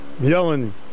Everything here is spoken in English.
yelling